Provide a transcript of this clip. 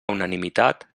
unanimitat